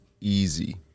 easy